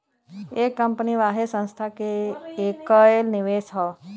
एक कंपनी वाहे संस्था के कएल निवेश हौ